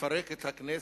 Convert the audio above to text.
לפרק את הכנסת,